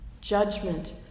Judgment